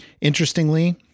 Interestingly